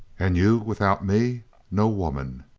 and you without me no woman.